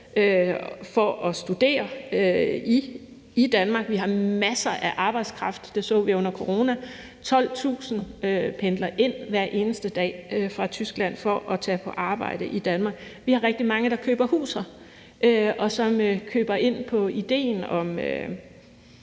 for at studerer i Danmark. Vi har masser af arbejdskraft; det så vi under corona. 12.000 pendler hver eneste dag fra Tyskland til Danmark for at tage på arbejde. Vi har rigtig mange, der køber huse her, og som køber ind på idéen om